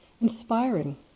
inspiring